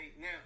Now